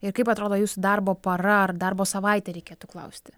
ir kaip atrodo jūsų darbo para ar darbo savaitė reikėtų klausti